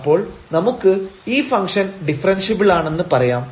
അപ്പോൾ നമുക്ക് ഈ ഫംഗ്ഷൻ ഡിഫറെൻഷ്യബിളാണെന്ന് പറയാം